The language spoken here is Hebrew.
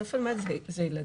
בסוף אני אומרת - זה ילדים.